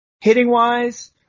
Hitting-wise